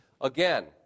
Again